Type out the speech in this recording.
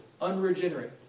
unregenerate